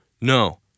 No